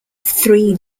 three